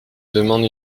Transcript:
demande